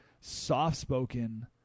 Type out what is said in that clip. soft-spoken